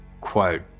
quote